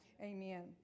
Amen